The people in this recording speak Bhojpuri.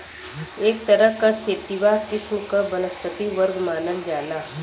एक तरह क सेतिवा किस्म क वनस्पति वर्ग मानल जाला